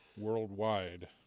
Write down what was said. worldwide